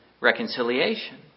Reconciliation